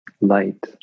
light